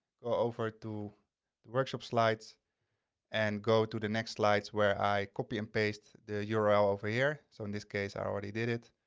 go over to the workshop slides and go to the next slides where i copy and paste the yeah url over here. so in this case, i already did it.